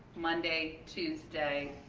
monday, tuesday.